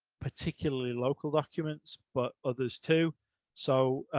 particularly local documents, but others too so